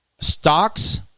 Stocks